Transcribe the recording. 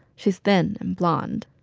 she's thin and blonde.